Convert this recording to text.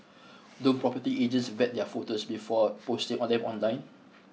don't property agents vet their photos before posting on them online